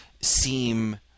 seem